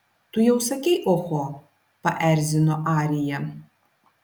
tu jau sakei oho paerzino arija